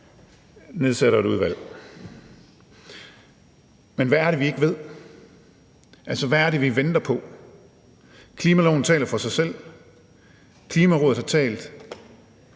nedsætter et udvalg. Men hvad er det, vi ikke ved? Altså, hvad er det, vi venter på? Klimaloven taler for sig selv, Klimarådet har talt,